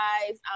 guys